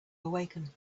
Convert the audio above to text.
awaken